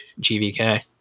GVK